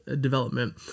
development